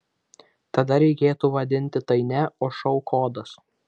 tada reikėtų vadinti tai ne o šou kodas